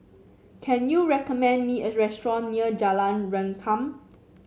can you recommend me a restaurant near Jalan Rengkam